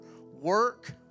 work